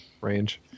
range